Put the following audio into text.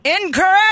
Incorrect